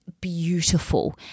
beautiful